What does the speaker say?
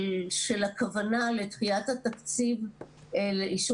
על סדר היום: הצעת חוק הבטחת הכנסה (תיקון - תשלום